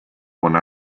one